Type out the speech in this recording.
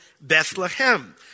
Bethlehem